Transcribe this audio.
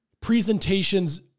presentations